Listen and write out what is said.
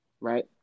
right